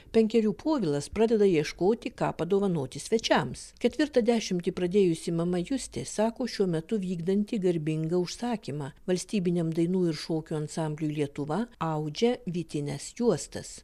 penkerių povilas pradeda ieškoti ką padovanoti svečiams ketvirtą dešimtį pradėjusi mama justė sako šiuo metu vykdanti garbingą užsakymą valstybiniam dainų ir šokių ansambliui lietuva audžia vytines juostas